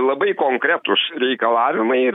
labai konkretūs reikalavimai ir